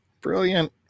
Brilliant